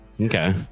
Okay